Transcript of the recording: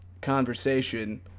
conversation